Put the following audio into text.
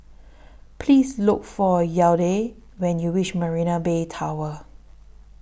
Please Look For Yadiel when YOU REACH Marina Bay Tower